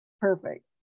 Perfect